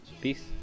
Peace